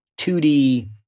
2D